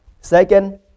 Second